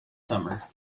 summer